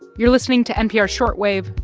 you're listening to npr's short wave.